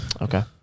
okay